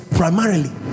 primarily